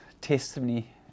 testimony